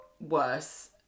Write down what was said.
worse